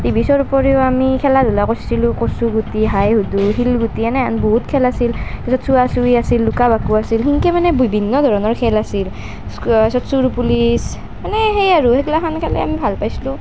T V চোৱাৰ উপৰিও আমি খেলা ধূলা কৰছিলোঁ কচুগুটি হাইহুডু শিলগুটি এনেহেন বহুত খেল আছিল য'ত চোৱা চুই আছিল লুকা ভাকু আছিল সেনকৈ মানে বিভিন্ন ধৰণৰ খেল আছিল চুৰ পুলিচ এনে সেই আৰু সেইগিলাখান খেলেই আমি ভাল পাইছিলোঁ